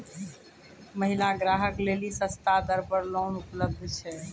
महिला ग्राहक लेली सस्ता दर पर लोन उपलब्ध छै?